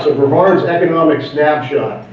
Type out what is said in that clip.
so brevard's economic snapshot,